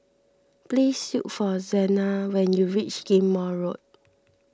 please look for Xena when you reach Ghim Moh Road